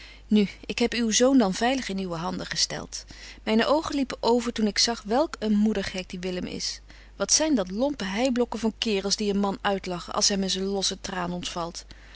nu ik heb uw zoon dan veilig in uwe handen gestelt myne oogen liepen over toen ik zag welk een moedergek die willem is wat zyn dat lompe heiblokken van kerels die een man uitlachen als hem eens een losse traan ontvalt